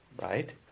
right